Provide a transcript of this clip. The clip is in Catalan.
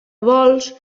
vols